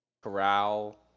Corral